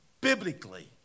biblically